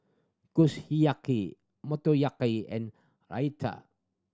Kushiyaki Motoyaki and Raita